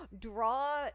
draw